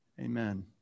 amen